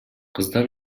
кыздар